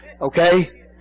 Okay